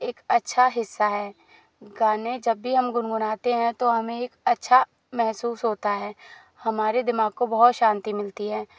एक अच्छा हिस्सा है गाने जब भी हम गुनगुनाते है तो हमें अच्छा महसूस होता है हमारे दिमाग को बहुत शांति मिलती है